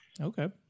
okay